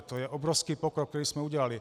To je obrovský pokrok, který jsme udělali.